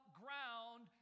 ground